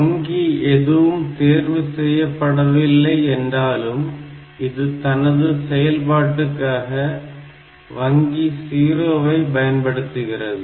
வங்கி எதுவும் தேர்வு செய்யப்படவில்லை என்றாலும் இது தனது செயல்பாட்டுக்காக வங்கி 0 வை பயன்படுத்துகிறது